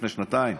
לפני שנתיים,